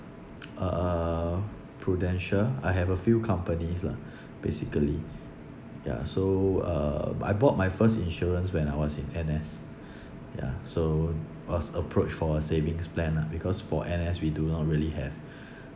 uh prudential I have a few companies lah basically ya so uh but I bought my first insurance when I was in N_S ya so was approached for a savings plan lah because for N_S we do not really have